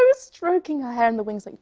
um stroking her hair in the wings, like